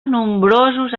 nombrosos